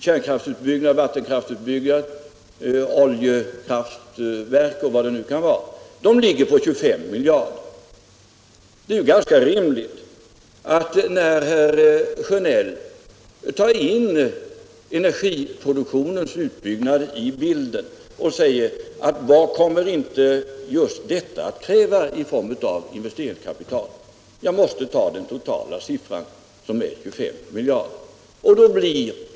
kärnkraftsutbyggnad, vattenkraftsutbyggnad, oljekraftverk m.m. ligger på 25 miljarder kronor. När herr Sjönell tar in energiproduktionens utbyggnad i bilden och säger: ”Vad kommer inte detta att kräva i form av investeringskapital?” är det ju ganska rimligt att jag måste peka på den totala siffran som är 25 miljarder.